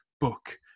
book